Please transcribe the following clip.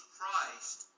Christ